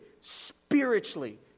spiritually